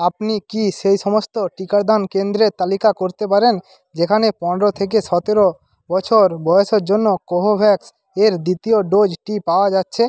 আপনি কি সেই সমস্ত টিকাদান কেন্দ্রের তালিকা করতে পারেন যেখানে পনেরো থেকে সতেরো বছর বয়সের জন্য কোভোভ্যাক্স এর দ্বিতীয় ডোজটি পাওয়া যাচ্ছে